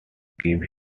gives